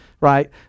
right